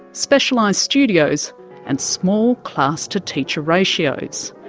specialised studios and small class to teacher ratios,